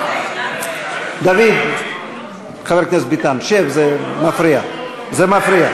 לשנת התקציב 2015, בדבר תוספת תקציב לא נתקבלו.